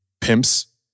pimps